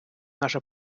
наша